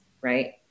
right